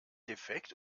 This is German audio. defekt